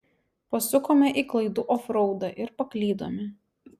pasukome į klaidų ofraudą ir paklydome